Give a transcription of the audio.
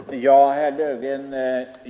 Herr talman!